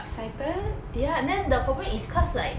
excited